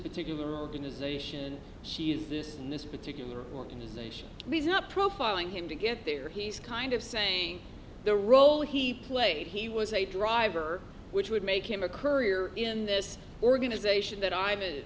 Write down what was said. particular organization she is this news particular organization he's not profiling him to get there he's kind of saying the role he played he was a driver which would make him a courier in this organization that i'm an